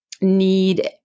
need